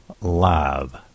Live